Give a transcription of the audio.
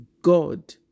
God